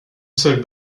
seule